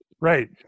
Right